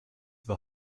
war